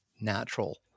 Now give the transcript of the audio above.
natural